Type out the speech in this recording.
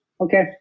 Okay